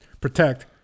protect